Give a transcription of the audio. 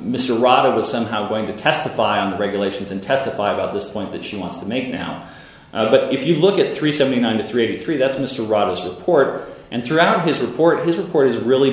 mr rather was somehow going to testify on the regulations and testify about this point that she wants to make now but if you look at three seventy nine to three three that's mr ruddle support and throughout his report this report is really